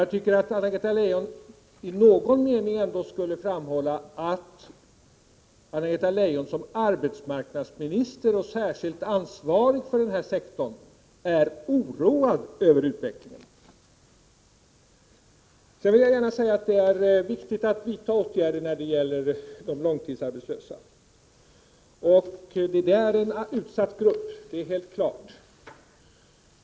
Jag tycker att Anna-Greta Leijon i någon mening skulle framhålla att Anna-Greta Leijon som arbetsmarknadsminister och särskilt ansvarig för den här sektorn är oroad över utvecklingen. Jag vill gärna säga att det är viktigt att vidta åtgärder när det gäller de långtidsarbetslösa. Det är en utsatt grupp, det är alldeles klart.